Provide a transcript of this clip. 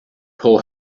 pull